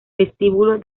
vestíbulo